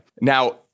Now